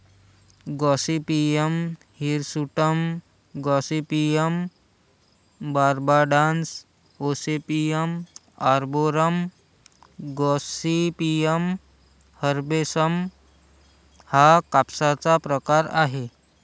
Gossypium hirsutum, gossypium barbadense, gossypium arboreum, gossypium herbaceum हा कापसाचा प्रकार आहे